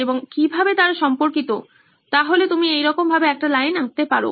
এবং কিভাবে তারা সম্পর্কিত সুতরাং তুমি এরকম ভাবে একটা লাইন আঁকতে পারো